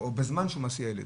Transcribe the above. בזמן שהוא מסיע ילד.